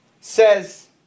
says